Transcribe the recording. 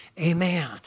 Amen